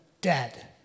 dead